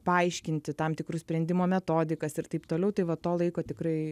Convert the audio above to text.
paaiškinti tam tikrus sprendimo metodikas ir taip toliau tai va to laiko tikrai